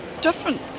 different